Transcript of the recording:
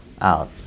out